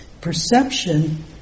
Perception